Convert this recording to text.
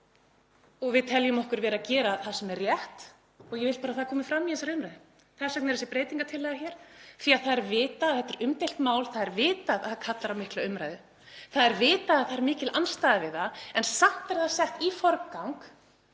dag. Við teljum okkur vera að gera það sem er rétt og ég vil bara að það komi fram í þessari umræðu. Þess vegna er þessi dagskrártillaga hér af því að það er vitað að þetta er umdeilt mál. Það er vitað að það kallar á mikla umræðu. Það er vitað að það er mikil andstaða við málið en samt er það sett í forgang.